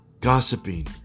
gossiping